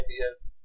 ideas